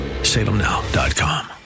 salemnow.com